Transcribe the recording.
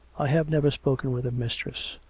i have never spoken with him, mistress.